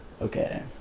Okay